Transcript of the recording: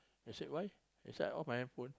they said why I said I off my handphone